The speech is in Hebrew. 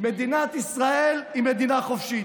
מדינת ישראל היא מדינה חופשית,